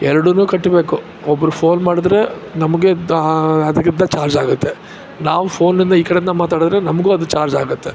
ಎರಡೂ ಕಟ್ಟಬೇಕು ಒಬ್ಬರು ಫೋನ್ ಮಾಡಿದ್ರೆ ನಮಗೆ ದ ಅದಕ್ಕಿಂತ ಚಾರ್ಜಾಗುತ್ತೆ ನಾವು ಫೋನಿಂದ ಈ ಕಡೆಯಿಂದ ಮಾತಾಡಿದ್ರೆ ನಮಗೂ ಅದು ಚಾರ್ಜಾಗುತ್ತೆ